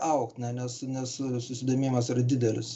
augt na nes nes susidomėjimas yra didelis